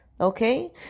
Okay